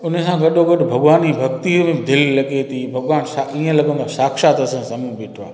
हुन सां गॾोगॾ भॻवान जी भक्तिअ में दिलि लॻे थी भॻवान छा इअं लॻंदो आहे शाक्षात असांजे साम्हूं बिठो आहे